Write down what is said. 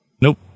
Nope